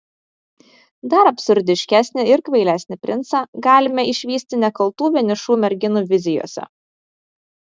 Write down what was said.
dar absurdiškesnį ir kvailesnį princą galime išvysti nekaltų vienišų merginų vizijose